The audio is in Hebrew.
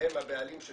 שהם הבעלים של